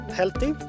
healthy